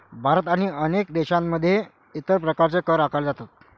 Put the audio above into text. भारत आणि अनेक देशांमध्ये इतर प्रकारचे कर आकारले जातात